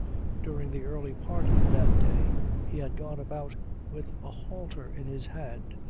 during the early part of that day he had gone about with a halter in his hand,